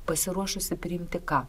pasiruošusi priimti ką